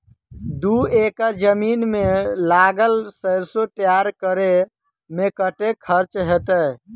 दू एकड़ जमीन मे लागल सैरसो तैयार करै मे कतेक खर्च हेतै?